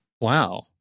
Wow